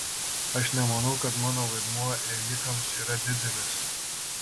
aš nemanau kad mano vaidmuo ėjikams yra didelis